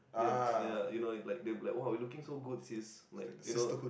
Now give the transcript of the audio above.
ya you know it's like it's like !wow! we're looking so good it's like you know